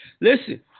Listen